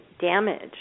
damaged